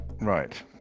Right